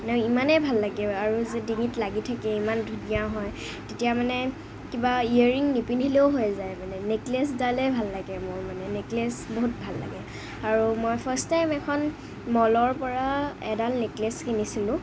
মানে ইমানেই ভাল লাগে আৰু যে ডিঙিত লাগি থাকিলে ইমান ধুনীয়া হয় তেতিয়া মানে কিবা ইয়েৰিং নিপিন্ধিলেও হৈ যায় মানে নেকলেছডালে ভাল লাগে মোৰ মানে নেকলেছ বহুত ভাল লাগে আৰু মই ফাৰ্ষ্ট টাইম এখন মলৰ পৰা এডাল নেকলেছ কিনিছিলোঁ